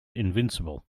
invincible